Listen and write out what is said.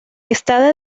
esta